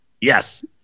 Yes